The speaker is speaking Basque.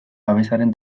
babesaren